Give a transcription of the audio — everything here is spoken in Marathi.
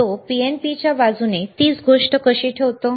तो PNP च्या बाजूने तीच गोष्ट कशी ठेवतो